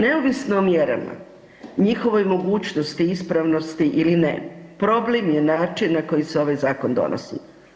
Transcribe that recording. Neovisno o mjerama, njihovoj mogućnosti, ispravnosti ili ne problem je način na koji se ovaj zakon donosi.